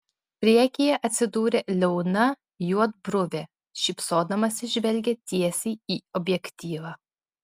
priekyje atsidūrė liauna juodbruvė šypsodamasi žvelgė tiesiai į objektyvą